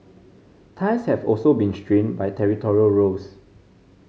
ties have also been strained by territorial rows